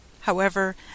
However